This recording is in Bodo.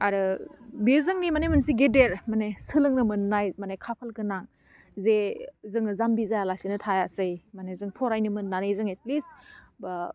आरो बे जोंनि माने मोनसे गेदेर माने सोलोंनो मोन्नाय माने खाफाल गोनां जे जोङो जामबि जायालासेनो थायासै माने जों फरायनो मोन्नानै जों एटलिस्ट बा